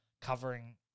covering